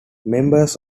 members